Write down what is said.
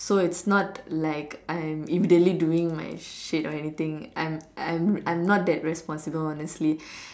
so its not like I'm immediately doing my shit or anything I'm I'm not that responsible honestly